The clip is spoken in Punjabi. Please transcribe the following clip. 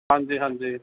ਹਾਂਜੀ ਹਾਂਜੀ